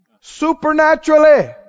supernaturally